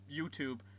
YouTube